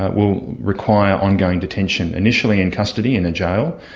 will require ongoing detention, initially in custody in a jail,